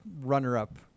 runner-up